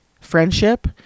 friendship